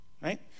right